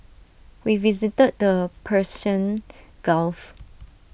we visited the Persian gulf